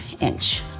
inch